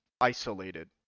isolated